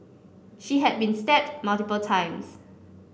she had been stabbed multiple times